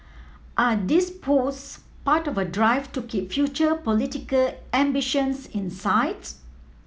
are these posts part of a drive to keep future political ambitions in sight